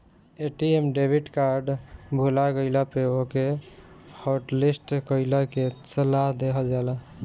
ATM debit card भूला गईला पे ओके हॉटलिस्ट कईला के सलाह देहल जाला